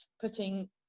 putting